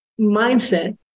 mindset